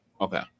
Okay